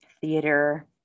theater